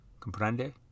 Comprende